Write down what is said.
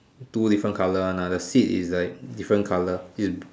two different colour one ah the seat is like different colour is